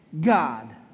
God